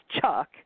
Chuck